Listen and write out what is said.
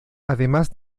además